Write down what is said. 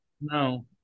No